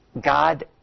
God